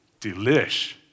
delish